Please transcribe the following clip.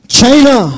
China